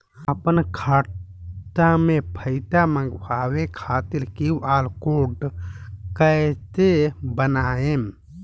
आपन खाता मे पैसा मँगबावे खातिर क्यू.आर कोड कैसे बनाएम?